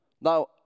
Now